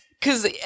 Cause